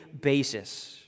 basis